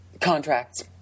contracts